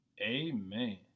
Amen